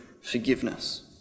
forgiveness